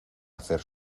hacer